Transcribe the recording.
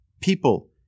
people